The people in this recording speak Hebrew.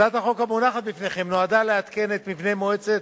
הצעת החוק המונחת בפניכם נועדה לעדכן את מבנה מועצת